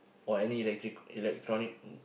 or any electric electronic